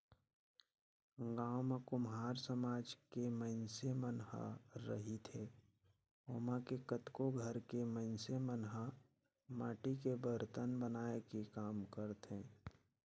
गाँव म कुम्हार समाज के मइनसे मन ह रहिथे ओमा के कतको घर के मइनस मन ह माटी के बरतन बनाए के काम करथे